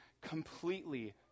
completely